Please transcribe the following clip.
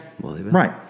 Right